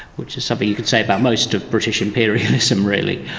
which is something you could say about most of british imperialism really.